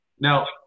Now